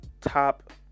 top